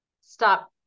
stop